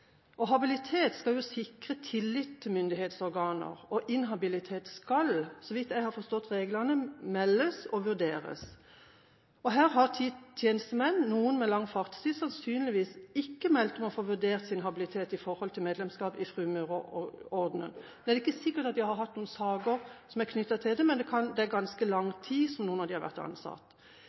myndighetsorganer, og inhabilitet skal, så vidt jeg har forstått reglene, meldes og vurderes. Her har ti tjenestemenn – noen med lang fartstid – sannsynligvis ikke meldt om å få vurdert sin habilitet når det gjelder medlemskap i Frimurerordenen. Det er ikke sikkert de har hatt noen saker som er knyttet til det, men noen av dem har vært ansatt i ganske lang tid. Hvordan vil ministeren vurdere dette med tanke på den subjektive habiliteten, altså publikums oppfatning av